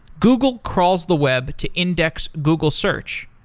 google crawls the web to index google search.